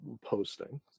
posting